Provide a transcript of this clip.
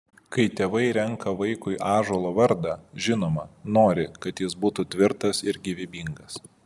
kai tėvai renka vaikui ąžuolo vardą žinoma nori kad jis būtų tvirtas ir gyvybingas